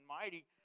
mighty